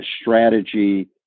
strategy